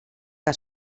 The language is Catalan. que